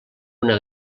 una